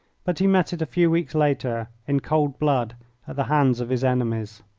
but he met it a few weeks later in cold blood at the hands of his enemies.